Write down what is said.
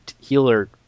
healer